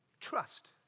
trust